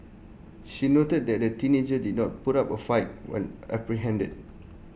she noted that the teenager did not put up A fight when apprehended